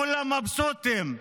כולם מבסוטים.